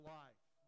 life